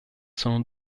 sono